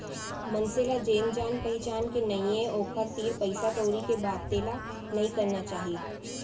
मनसे ल जेन जान पहिचान के नइये ओकर तीर पइसा कउड़ी के बाते ल नइ करना चाही